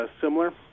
similar